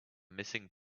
missing